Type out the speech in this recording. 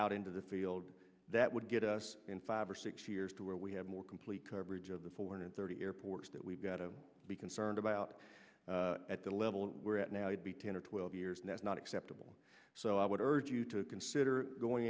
out into the field that would get us in five or six years to where we have more complete coverage of the four hundred thirty airports that we've got to be concerned about at the level we're at now would be ten or twelve years and that's not acceptable so i would urge you to consider going